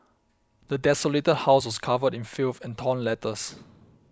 the desolated house was covered in filth and torn letters